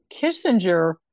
Kissinger